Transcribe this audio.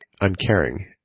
uncaring